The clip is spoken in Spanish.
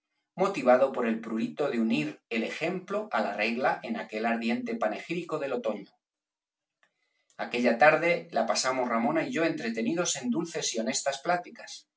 motivado por el prurito de unir el ejemplo á la regla en aquel ardiente panegírico del otoño aquella tarde la pasamos ramona y yo entretenidos en dulces y honestas pláticas